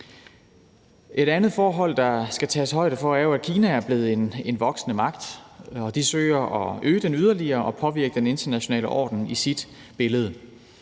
Et andet forhold, der skal tages højde for, er jo, at Kina er blevet en voksende magt, og de søger at øge den yderligere og påvirke den internationale orden efter deres billede.